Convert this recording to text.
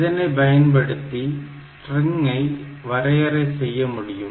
இதனை பயன்படுத்தி ஸ்ட்ரிங்கை வரையறை செய்ய முடியும்